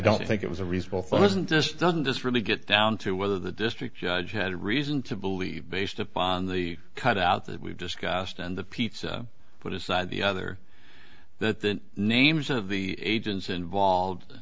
don't think it was a reasonable fear isn't this doesn't this really get down to whether the district judge had reason to believe based upon the cutout that we've discussed and the pizza put aside the other that the names of the agents